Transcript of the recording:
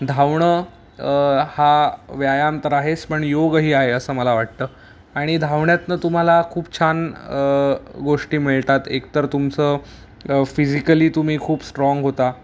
धावणं हा व्यायाम तर आहेस पण योगही आहे असं मला वाटतं आणि धावण्यातनं तुम्हाला खूप छान गोष्टी मिळतात एकतर तुमचं फिजिकली तुम्ही खूप स्ट्राँग होता